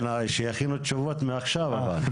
כן, שיכינו תשובות מעכשיו אבל.